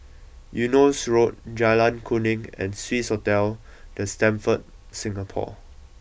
Eunos Road Jalan Kuning and Swissotel The Stamford Singapore